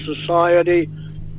society